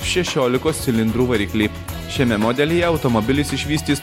šešiolikos cilindrų variklį šiame modelyje automobilis išvystys